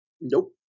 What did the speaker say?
Nope